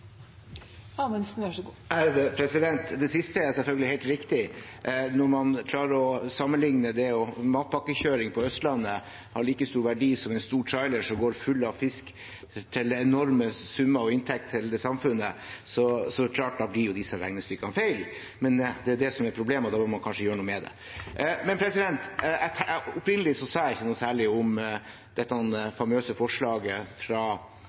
selvfølgelig helt riktig. Når man klarer å sammenligne det – at matpakkekjøring på Østlandet har like stor verdi som en stor trailer som går full av fisk, til enorme summer og inntekter til samfunnet – er det jo klart, da blir disse regnestykkene feil. Men det er det som er problemet, og da bør man kanskje gjøre noe med det. Opprinnelig sa jeg ikke noe særlig om dette famøse forslaget fra